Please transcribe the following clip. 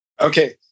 Okay